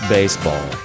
Baseball